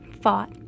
fought